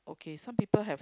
okay some people have